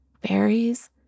berries